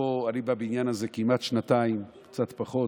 אני בבניין הזה כמעט שנתיים או קצת פחות.